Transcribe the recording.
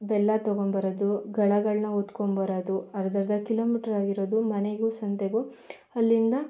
ಬೆಲ್ಲ ತಗೊಂಡು ಬರೋದು ಗಳಗಳನ್ನ ಹೊತ್ಕೊಂಡು ಬರೋದು ಅರ್ಧರ್ಧ ಕಿಲೋಮೀಟ್ರ್ ಆಗಿರೋದು ಮನೆಗೂ ಸಂತೆಗೂ ಅಲ್ಲಿಂದ